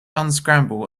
unscramble